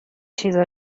چیزا